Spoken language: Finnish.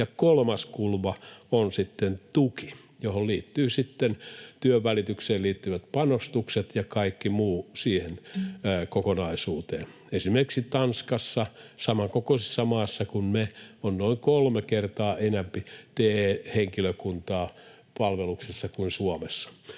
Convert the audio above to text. Kolmas kulma on sitten tuki, johon liittyvät työnvälitykseen liittyvät panostukset ja kaikki muu siihen kokonaisuuteen. Esimerkiksi Tanskassa, saman kokoisessa maassa kuin me, on noin kolme kertaa enempi TE-henkilökuntaa palveluksessa kuin Suomessa.